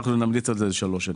אנחנו נמליץ על זה לשלוש שנים.